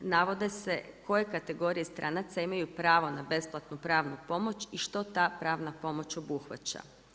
Navode se koje kategorije stranaca imaju pravo na besplatnu pravnu pomoć i što ta pravna pomoć obuhvaća.